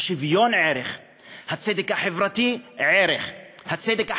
השוויון, ערך, הצדק החברתי, ערך, הצדק החלוקתי,